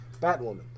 Batwoman